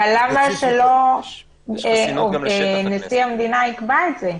למה שלא נשיא המדינה יקבע את זה,